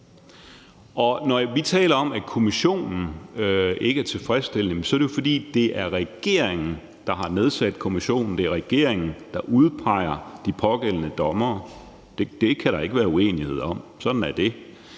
Når vi taler om, at kommissionen ikke er tilfredsstillende, er det jo, fordi det er regeringen, der har nedsat kommissionen, det er regeringen, der udpeger de pågældende dommere – det kan der ikke være uenighed om, sådan er det